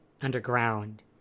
underground